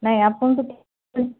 ନାହିଁ ଆପଣଙ୍କ ଠିକ